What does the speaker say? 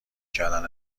کردن